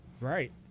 right